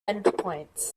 endpoints